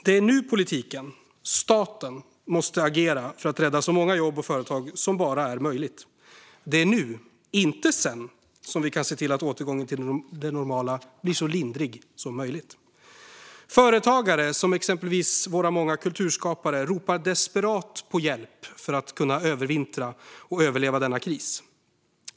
Det är nu politiken - staten - måste agera för att rädda så många jobb och företag som bara är möjligt. Det är nu, inte sedan, som vi kan se till att återgången till det normala blir så lindrig som möjligt. Företagare, exempelvis våra många kulturskapare, ropar desperat på hjälp för att kunna övervintra och överleva denna kris.